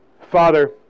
Father